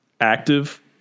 active